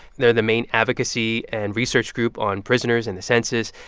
they're the main advocacy and research group on prisoners in the census.